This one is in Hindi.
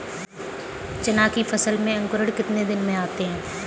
चना की फसल में अंकुरण कितने दिन में आते हैं?